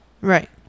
Right